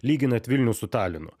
lyginat vilnių su talinu